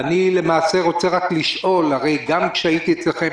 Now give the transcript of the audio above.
אני למעשה רוצה רק לשאול הרי גם כשהייתי אצלכם,